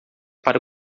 para